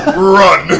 run!